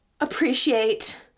appreciate